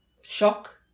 shock